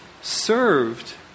served